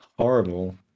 horrible